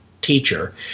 teacher